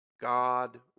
God